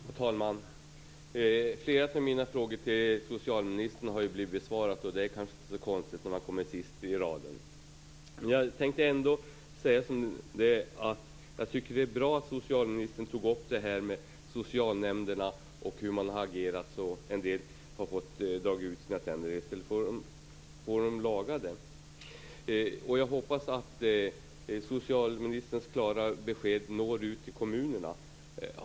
Herr talman! Flera av mina frågor till socialministern har blivit besvarade, och det är kanske inte så konstigt när man kommer sent i raden. Jag tänkte ändå säga att jag tycker att det är bra att socialministern tog upp det här med socialnämnderna och hur man har agerat så att vissa har fått dra ut sina tänder i stället för att få dem lagade. Jag hoppas att socialministerns klara besked når ut till kommunerna.